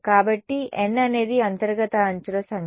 కాబట్టి n అనేది అంతర్గత అంచుల సంఖ్య